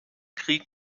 krieg